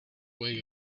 will